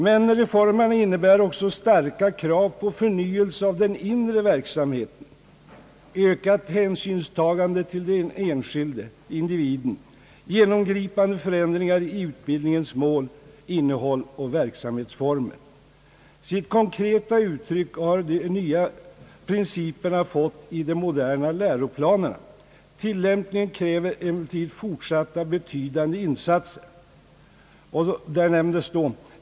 Men reformerna innebär också starka krav på förnyelse av den inre verksamheten: ökat hänsynstagande till den enskilde individen, genomgripande förändringar i utbildningens mål, innehåll och verksamhetsformer. Sitt konkreta uttryck har de nya principerna fått i de moderna läroplanerna. Tillämpningen kräver emellertid fortsatta betydande insatser.